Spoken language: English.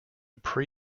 pre